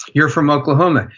you're from oklahoma.